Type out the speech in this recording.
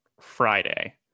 Friday